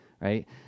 Right